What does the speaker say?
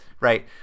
Right